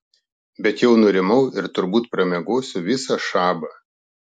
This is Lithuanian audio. bet jau nurimau ir turbūt pramiegosiu visą šabą